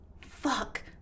fuck